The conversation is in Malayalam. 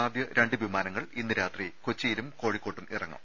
ആദ്യ രണ്ട് വിമാനങ്ങൾ ഇന്ന് രാത്രി കൊച്ചിയിലും കോഴിക്കോട്ടും ഇറങ്ങും